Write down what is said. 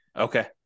Okay